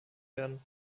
werden